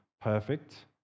perfect